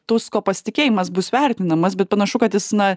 tusko pasitikėjimas bus vertinamas bet panašu kad jis na